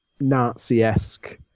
Nazi-esque